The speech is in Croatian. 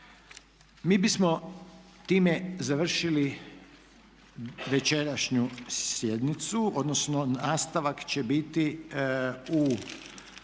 Mi bismo time završili večerašnju sjednicu, odnosno nastavak će biti u